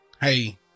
Hey